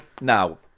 Now